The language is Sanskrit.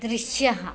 दृश्यः